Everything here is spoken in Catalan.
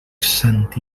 sant